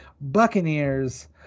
Buccaneers